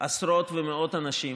עשרות ומאות אנשים